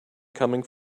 coming